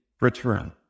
return